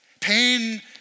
Pain